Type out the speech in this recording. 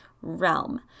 realm